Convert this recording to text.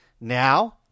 Now